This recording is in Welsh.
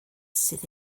sydd